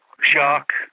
shark